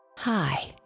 Hi